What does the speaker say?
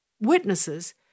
witnesses